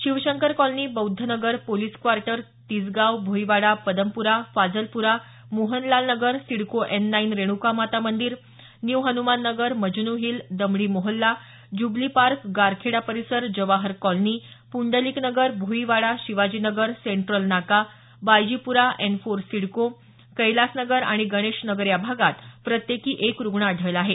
Shivshankar colony Bauddh Nagar police quarter Tisgaon Bhoiwada Padmapura Fazalpura Mohanlal Nagar CIDCO N nine Renuka Mata Mandir new Hanuman Nagar Majnu hill Damdi Mohalla jubilee park Garkheda परिसर Jawahar colony Pundalik Nagar Bhoiwada Shivaji Nagar central Naka Baijipura N four CIDCO Kailas Nagar आणि गणेश नगर या भागात प्रत्येकी एक रुग्ण आढळला आहे